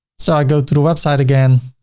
so i go to the website again.